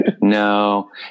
no